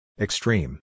Extreme